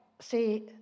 see